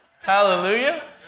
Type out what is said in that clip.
Hallelujah